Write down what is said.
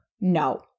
no